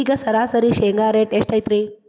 ಈಗ ಸರಾಸರಿ ಶೇಂಗಾ ರೇಟ್ ಎಷ್ಟು ಐತ್ರಿ?